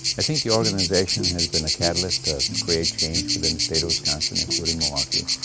think the organization has been a catalyst to to create change within the state of wisconsin, including milwaukee.